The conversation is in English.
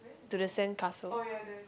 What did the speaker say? do the sandcastle